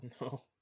No